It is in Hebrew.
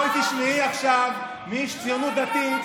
בואי תשמעי עכשיו מאיש הציונות הדתית,